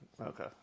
okay